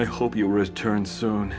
i hope you return soon